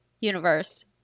universe